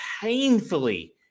painfully